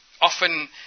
often